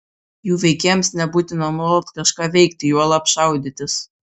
jų veikėjams nebūtina nuolat kažką veikti juolab šaudytis